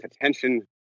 attention